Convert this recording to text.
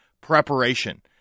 preparation